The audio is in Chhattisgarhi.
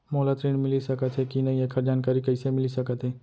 मोला ऋण मिलिस सकत हे कि नई एखर जानकारी कइसे मिलिस सकत हे?